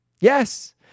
Yes